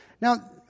Now